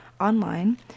online